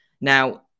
Now